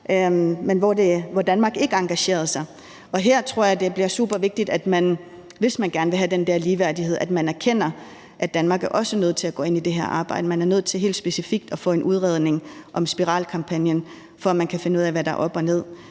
hvor Danmark ikke engagerede sig, og her tror jeg, at det bliver supervigtigt, at man, hvis man gerne vil have den der ligeværdighed, erkender, at Danmark også er nødt til at gå ind i det her arbejde. Man er nødt til helt specifikt at få en udredning om spiralkampagnen, for at man kan finde ud af, hvad der er op og ned.